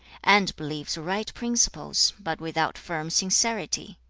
and believes right principles, but without firm sincerity,